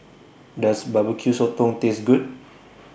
Does Barbeque Sotong Taste Good